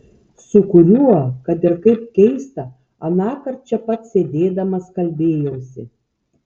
su kuriuo kad ir kaip keista anąkart čia pat sėdėdamas kalbėjausi